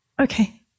Okay